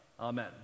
Amen